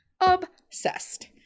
obsessed